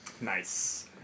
Nice